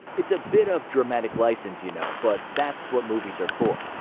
it's a bit of dramatic license, you know, but that's what movies are for.